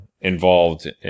involved